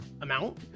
amount